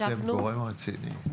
אתם גורם רציני.